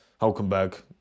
Hulkenberg